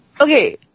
Okay